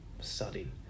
study